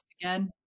Again